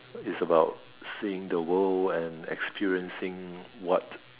it's about seeing the world and experiencing what